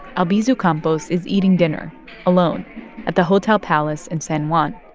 albizu campos is eating dinner alone at the hotel palace in san juan.